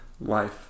life